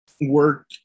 work